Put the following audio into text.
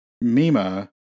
Mima